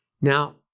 Now